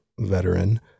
veteran